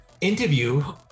interview